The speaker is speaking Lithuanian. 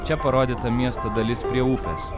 čia parodyta miesto dalis prie upės